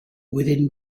within